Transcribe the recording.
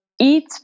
Eat